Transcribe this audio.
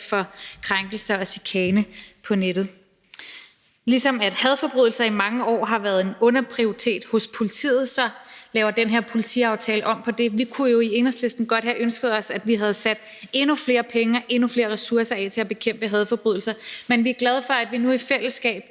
for krænkelser og chikane på nettet. Ligesom hadforbrydelser i mange år har været underprioriteret hos politiet, så laver den her politiaftale om på det. Vi kunne jo i Enhedslisten godt have ønsket os, at vi havde sat endnu flere penge og endnu flere ressourcer af til at bekæmpe hadforbrydelser, men vi er glade for, at vi nu i fællesskab